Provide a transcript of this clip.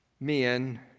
men